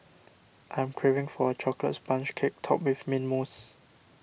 I am craving for a Chocolate Sponge Cake Topped with Mint Mousse